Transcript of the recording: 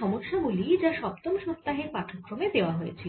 সমস্যা গুলি যা সপ্তম সপ্তাহের পাঠক্রমে দেওয়া হয়েছিল